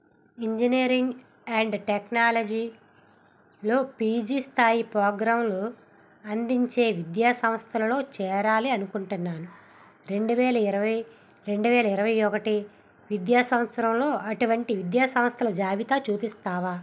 engineering and టెక్నాలజీలో PG స్థాయి ప్రోగ్రాంలు అందించే విద్యా సంస్థలలో చేరాలి అనుకుంటున్నాను రెండు వేల ఇరవై రెండు వేల ఇరవై ఒకటి విద్యా సంవత్సరంలో అటువంటి విద్యా సంస్థల జాబితా చూపిస్తావా